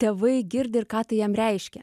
tėvai girdi ir ką tai jiem reiškia